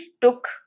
took